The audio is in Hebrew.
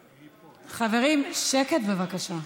חברים, שקט, בבקשה.